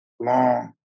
long